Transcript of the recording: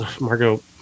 Margot